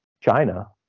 china